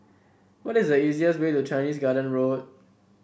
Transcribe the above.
what is the easiest way to Chinese Garden Road